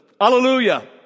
Hallelujah